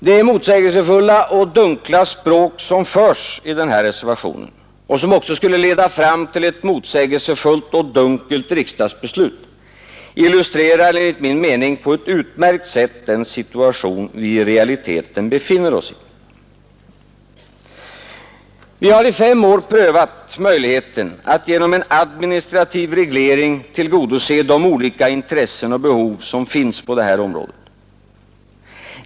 Det motsägelsefulla och dunkla språk som förs i reservationen — och som skulle leda fram till ett motsägelsefullt och dunkelt riksdagsbeslut — illustrerar enligt min mening på ett utmärkt sätt den situation vi i realiteten befinner oss i. Vi har i fem år prövat möjligheten att genom en administrativ reglering tillgodose de olika intressen och behov som finns på det här området.